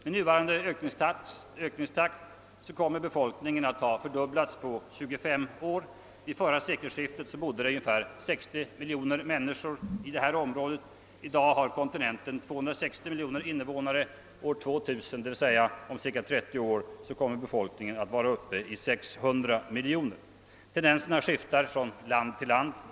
Med nuvarande ökningstakt kommer befolkningen att ha fördubblats på 25 år. Vid sekelskiftet levde ungefär 60 miljoner människor i detta område. 1 dag har kontinenten 260 miljoner invånare och år 2000, d.v.s. om cirka 30 år, kommer befolkningens storlek att uppgå till 600 miljoner. Tendenserna skiftar från land till land.